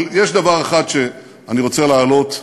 אבל יש דבר אחד שאני רוצה להעלות,